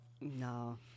No